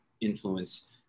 influence